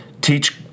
teach